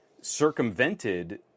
circumvented